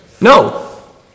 No